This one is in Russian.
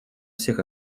всех